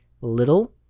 little